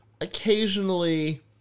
occasionally